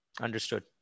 Understood